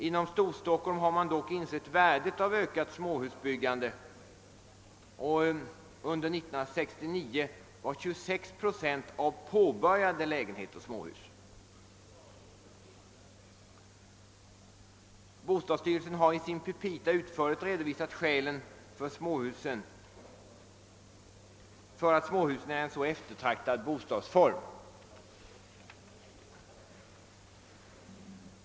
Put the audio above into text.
Inom Storstockholm har man dock insett värdet av ökat småhusbyggande, och under 1969 var 26 procent av påbörjade småhus. Bostadsstyrelsen har i sina petita utförligt redovisat skälen för att småhusen är en så eftertraktad bostadsform.